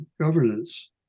governance